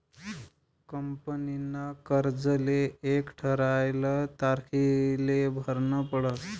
कंपनीना कर्जले एक ठरायल तारीखले भरनं पडस